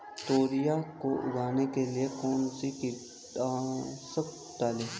तोरियां को उगाने के लिये कौन सी कीटनाशक डालें?